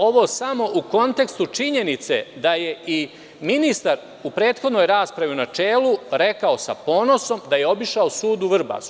Ovo govorim samo u kontekstu činjenice da je ministar u prethodnoj raspravi u načelu rekao sa ponosom da je obišao sud u Vrbasu.